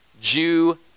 Jew